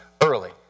early